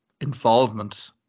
involvement